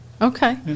Okay